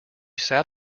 sat